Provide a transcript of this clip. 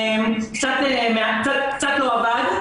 קצת לא עבד.